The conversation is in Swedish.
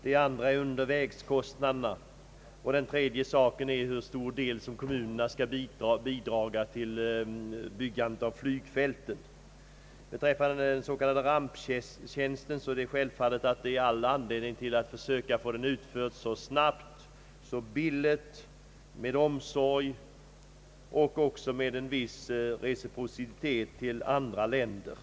Det andra fallet är under vägskostnaderna och det tredje med hur stor del kommunerna skall bidraga vid byggandet av flygfält. Det finns all anledning att försöka få den s.k. ramptjänsten utförd så snabbt som möjligt, så billigt som möjligt, med omsorg och även med en viss reciprocitet gentemot andra länder.